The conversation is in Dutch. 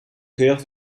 geur